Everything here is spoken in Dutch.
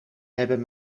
hebben